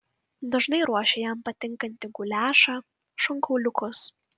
dažnai ruošia jam patinkantį guliašą šonkauliukus